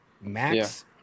Max